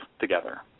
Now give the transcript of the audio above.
together